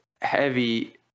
Heavy